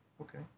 Okay